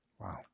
wow